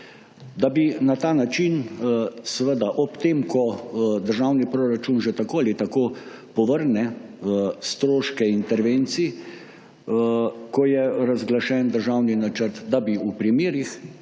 Da bi na ta način, seveda, ob tem, ko državni proračun že tako ali tako povrne stroške intervencij, ko je razglašen državni načrt, da bi v primerih,